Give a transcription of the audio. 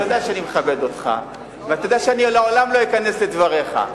אתה יודע שאני מכבד אותך ואתה יודע שאני לעולם לא אכנס לדבריך,